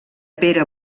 pere